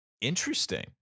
interesting